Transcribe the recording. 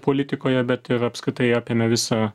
politikoje bet ir apskritai apėmė visą